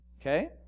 okay